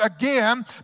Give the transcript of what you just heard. again